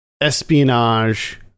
espionage